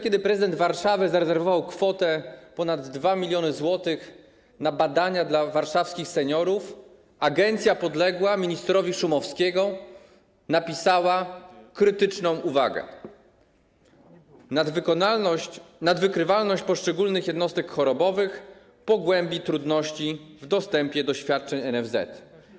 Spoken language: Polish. Kiedy prezydent Warszawy zarezerwował kwotę ponad 2 mln zł na badania dla warszawskich seniorów, agencja podległa ministrowi Szumowskiemu napisała krytyczną uwagę: nadwykrywalność poszczególnych jednostek chorobowych pogłębi trudności w dostępie do świadczeń NFZ.